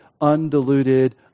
undiluted